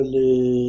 les